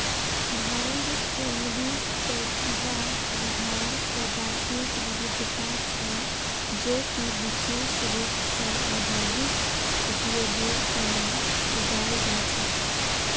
भांग cannabis sativa पौधार प्रजातिक विविधता छे जो कि विशेष रूप स औद्योगिक उपयोगेर तना उगाल जा छे